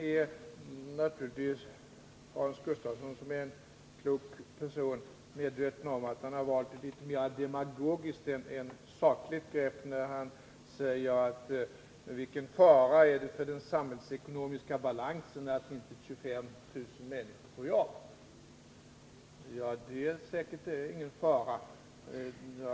Hans Gustafsson, som är en klok person, är naturligtvis medveten om att han valt ett mer demagogiskt än sakligt grepp, när han talar om vilken fara det är för den samhällsekonomiska balansen att 25 000 människor får jobb. Ja, det är säkert ingen fara att så sker.